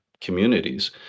communities